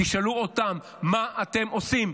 תשאלו אותם: מה אתם עושים?